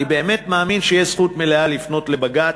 אני באמת מאמין שיש זכות מלאה לפנות לבג"ץ,